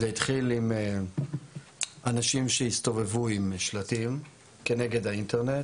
זה התחיל עם אנשים שהסתובבו עם שלטים כנגד האינטרנט,